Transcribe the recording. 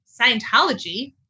Scientology